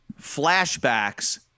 flashbacks